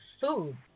food